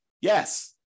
Yes